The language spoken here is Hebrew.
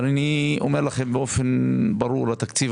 אבל אני אומר לכם באופן ברור - התקציב